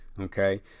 okay